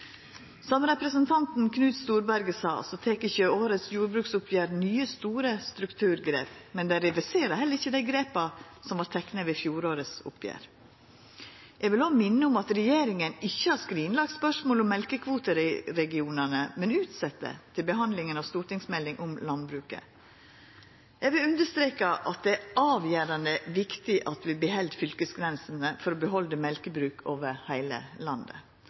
Som representanten Knut Storberget sa, tek ikkje årets jordbruksoppgjer nye store strukturgrep, men reverserer heller ikkje dei grepa som vart tekne ved oppgjeret i fjor. Eg vil òg minna om at regjeringa ikkje har skrinlagt spørsmålet om mjølkekvoteregionane, men utsett det til behandlinga av stortingsmelding om landbruket. Eg vil understreka at det er avgjerande viktig at vi beheld fylkesgrensene for å behalda mjølkebruk over heile landet.